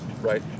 Right